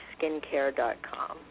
SkinCare.com